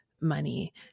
money